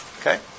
Okay